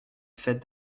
fête